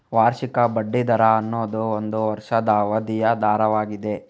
ವಾರ್ಷಿಕ ಬಡ್ಡಿ ದರ ಅನ್ನುದು ಒಂದು ವರ್ಷದ ಅವಧಿಯ ದರವಾಗಿದೆ